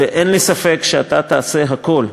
אין לי ספק שאתה תעשה הכול,